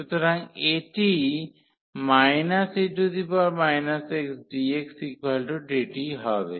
সুতরাং এটি e xdxdt হবে